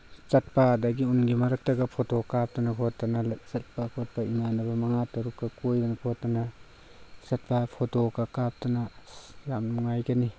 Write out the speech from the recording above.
ꯆꯠꯄ ꯑꯗꯒꯤ ꯎꯟꯒꯤ ꯃꯔꯛꯇꯒ ꯐꯣꯇꯣ ꯀꯥꯞꯇꯅ ꯈꯣꯠꯇꯅ ꯆꯠꯄ ꯈꯣꯠꯄ ꯏꯃꯥꯟꯅꯕ ꯃꯉꯥ ꯇꯔꯨꯛꯀ ꯀꯣꯏꯗꯅ ꯈꯣꯠꯇꯅ ꯆꯠꯄ ꯐꯣꯇꯣꯒ ꯀꯥꯞꯇꯅ ꯑꯁ ꯌꯥꯝ ꯅꯨꯡꯉꯥꯏꯒꯅꯤ